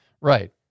right